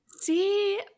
see